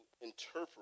interpret